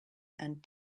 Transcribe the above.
and